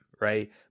right